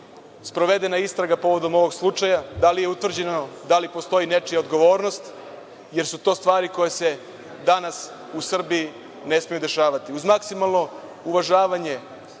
sprovedena istraga povodom ovog slučaja? Da li je utvrđeno da li postoji nečija odgovornost, jer su to stvari koje se danas u Srbiji ne smeju dešavati? Uz maksimalno uvažavanje